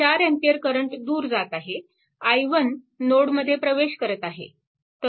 4 A current दूर जात आहे i1 नोडमध्ये प्रवेश करत आहे